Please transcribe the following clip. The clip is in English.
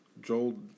Joel